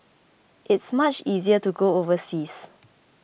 it's much easier to go overseas